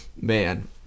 Man